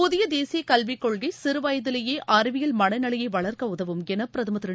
புதிய தேசிய கல்வி கொள்கை சிறுவயதிலேயே அறிவியல் மனநிலையய வளர்க்க உதவும் என பிரதமர் திரு